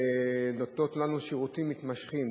שנותנות לנו שירותים מתמשכים,